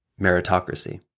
meritocracy